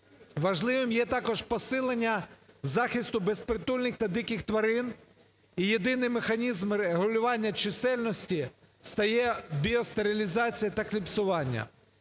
Важливим є також посилення захисту безпритульних та диких тварин. І єдиний механізм врегулювання чисельності стає біостерилізація та кліпсування,